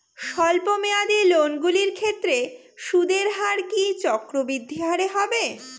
স্বল্প মেয়াদী লোনগুলির ক্ষেত্রে সুদের হার কি চক্রবৃদ্ধি হারে হবে?